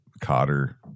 Cotter